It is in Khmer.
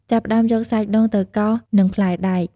ចាប់ផ្ដើមយកសាច់ដូងទៅកោសនឹងផ្លែដែក។